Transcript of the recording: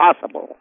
possible